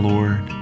Lord